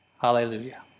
hallelujah